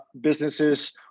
businesses